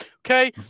Okay